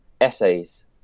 essays